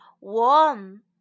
warm